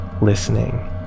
listening